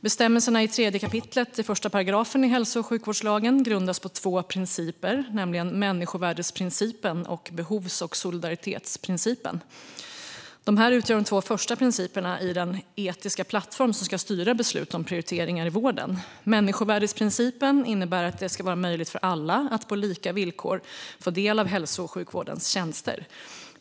Bestämmelserna i 3 kap. 1 § hälso och sjukvårdslagen grundas på två principer, nämligen människovärdesprincipen och behovs och solidaritetsprincipen. Dessa utgör de två första principerna i den etiska plattform som ska styra beslut om prioriteringar i vården. Människovärdesprincipen innebär att det ska vara möjligt för alla att på lika villkor få del av hälso och sjukvårdens tjänster.